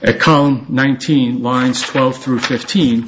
on nineteen lines twelve through fifteen